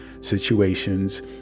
situations